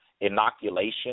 inoculation